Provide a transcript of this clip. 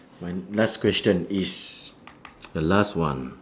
my last question is the last one